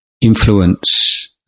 influence